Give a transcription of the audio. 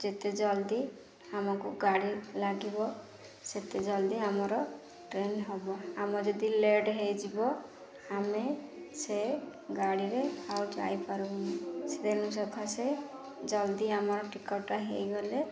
ଯେତେ ଜଲ୍ଦି ଆମକୁ ଗାଡ଼ି ଲାଗିବ ସେତେ ଜଲ୍ଦି ଆମର ଟ୍ରେନ ହବ ଆମ ଯଦି ଲେଟ୍ ହେଇଯିବ ଆମେ ସେ ଗାଡ଼ିରେ ଆଉ ଯାଇପାରିବୁନି ସେଦିନୁ ସକାଶେ ଜଲ୍ଦି ଆମର ଟିକଟ୍ଟା ହେଇଗଲେ